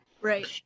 right